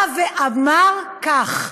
בא ואמר כך: